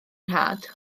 nhad